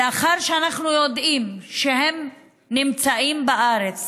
לאחר שאנחנו יודעים שהם נמצאים בארץ